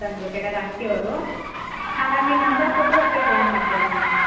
ಹ್ಞೂ ಹ್ಞೂ ಹಾಂ ಹಾಂ ಹಾಂ ನಲ್ವತ್ತು ರೂಪಾಯಿ ನಲ್ವತ್ತು ರೂಪಾಯ್ಗೆ ಮಾರಿ ನೋಡಿರಿ